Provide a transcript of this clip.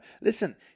listen